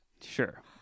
Sure